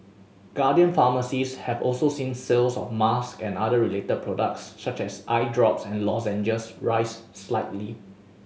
Guardian Pharmacies have also seen sales of masks and other related products such as eye drops and lozenges rise slightly